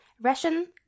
Russian